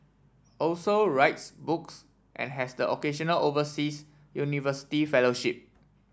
also writes books and has the occasional overseas university fellowship